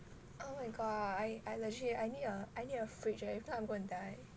oh my god I I legit I need a I need a fridge or if not I'm gonna die